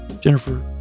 Jennifer